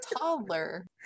toddler